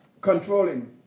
Controlling